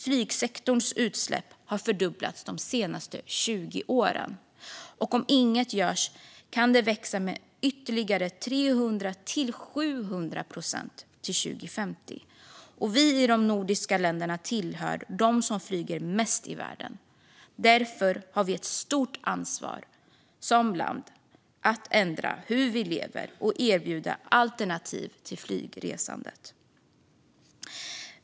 Flygsektorns utsläpp har fördubblats de senaste tjugo åren, och om inget görs kan utsläppen växa med ytterligare 300-700 procent till 2050. Vi i de nordiska länderna tillhör dem som flyger mest i världen. Därför har vi som land ett stort ansvar att ändra hur vi lever och erbjuda alternativ till flygresandet.